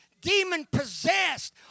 demon-possessed